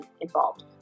involved